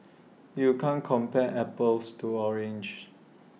you can't compare apples to oranges